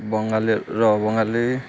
ବଙ୍ଗାଲୀର Bengali